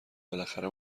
بالاخره